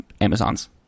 Amazons